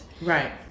right